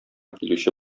килүче